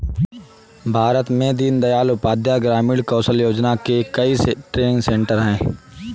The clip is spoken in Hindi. भारत में दीन दयाल उपाध्याय ग्रामीण कौशल योजना के कई ट्रेनिंग सेन्टर है